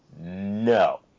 No